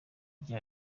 rya